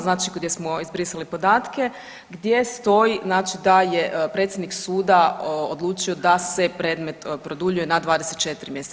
Znači, gdje smo izbrisali podatke gdje stoji, znači da je predsjednik suda odlučio da se predmet produljuje na 24 mjeseca.